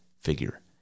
figure